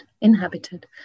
inhabited